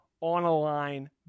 on-a-line